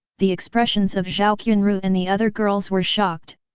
the expressions of zhao qianru and the other girls were shocked,